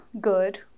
good